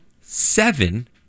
Seven